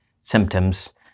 symptoms